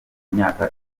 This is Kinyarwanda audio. myaka